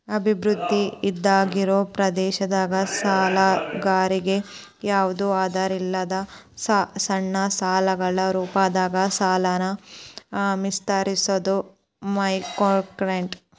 ಅಭಿವೃದ್ಧಿ ಆಗ್ದಾಇರೋ ಪ್ರದೇಶದಾಗ ಸಾಲಗಾರರಿಗಿ ಯಾವ್ದು ಆಧಾರಿಲ್ಲದ ಸಣ್ಣ ಸಾಲಗಳ ರೂಪದಾಗ ಸಾಲನ ವಿಸ್ತರಿಸೋದ ಮೈಕ್ರೋಕ್ರೆಡಿಟ್